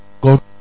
God